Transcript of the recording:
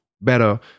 better